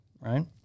right